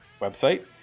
website